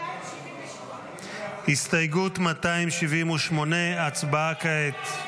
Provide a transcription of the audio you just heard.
278. הסתייגות 278, הצבעה כעת.